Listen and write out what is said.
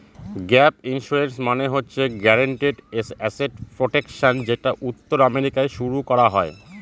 gap insurance মানে হচ্ছে guaranteed asset protection যেটা উত্তর আমেরিকায় শুরু করা হয়